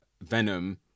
Venom